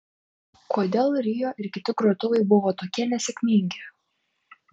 kodėl rio ir kiti grotuvai buvo tokie nesėkmingi